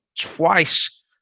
twice